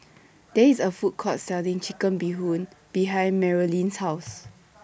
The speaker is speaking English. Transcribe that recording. There IS A Food Court Selling Chicken Bee Hoon behind Marolyn's House